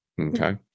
Okay